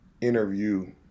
interview